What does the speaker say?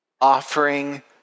offering